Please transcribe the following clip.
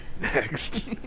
Next